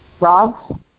Rob